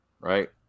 right